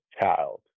child